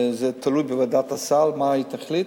וזה תלוי בוועדת הסל, מה היא תחליט.